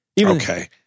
Okay